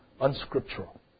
unscriptural